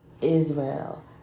israel